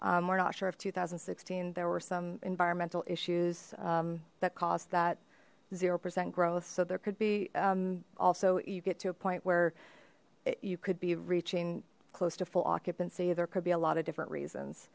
we're not sure if two thousand and sixteen there were some environmental issues that caused that zero percent growth so there could be also you get to a point where you could be reaching close to full occupancy there could be a lot of different reasons